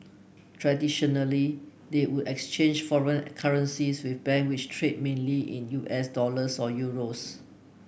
traditionally they would exchange foreign currencies with bank which trade mainly in U S dollars or euros